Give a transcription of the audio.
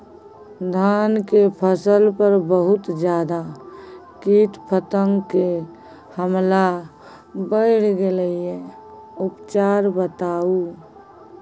धान के फसल पर बहुत ज्यादा कीट पतंग के हमला बईढ़ गेलईय उपचार बताउ?